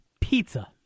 Pizza